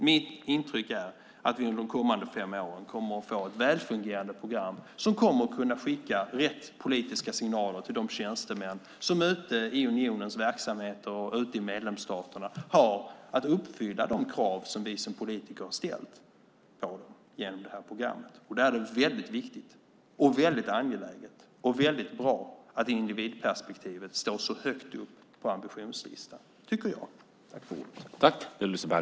Mitt intryck är att vi under de kommande fem åren kommer att få ett väl fungerande program som kommer att kunna skicka rätt politiska signaler till de tjänstemän som ute i unionens verksamheter och medlemsstater har att uppfylla de krav vi som politiker genom detta program har ställt på dem. Då tycker jag att är det viktigt, angeläget och bra att individperspektivet står så högt upp på ambitionslistan.